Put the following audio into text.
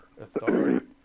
authority